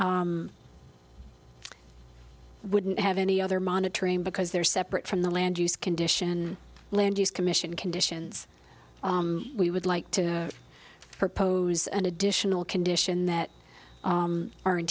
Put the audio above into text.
wouldn't have any other monitoring because they're separate from the land use condition land use commission conditions we would like to propose an additional condition that aren